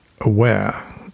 aware